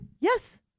Yes